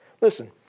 Listen